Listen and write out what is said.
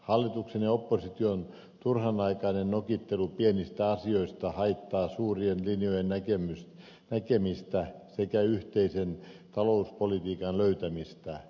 hallituksen ja opposition turhanaikainen nokittelu pienistä asioista haittaa suurien linjojen näkemistä sekä yhteisen talouspolitiikan löytämistä